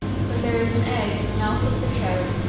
but there is an egg in the mouth of the trout,